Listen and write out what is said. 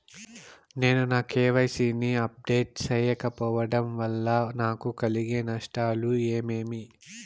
నేను నా కె.వై.సి ని అప్డేట్ సేయకపోవడం వల్ల నాకు కలిగే నష్టాలు ఏమేమీ?